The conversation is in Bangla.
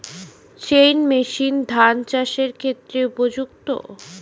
চেইন মেশিন ধান চাষের ক্ষেত্রে উপযুক্ত?